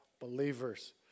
believers